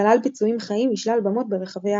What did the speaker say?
וכלל ביצועים חיים משלל במות ברחבי הארץ.